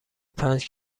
پنج